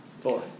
Four